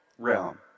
realm